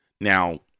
Now